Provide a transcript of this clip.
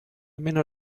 meno